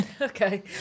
Okay